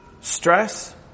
stress